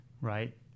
right